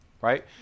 right